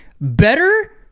better